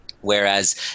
whereas